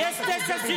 אתה הרי חתמת עם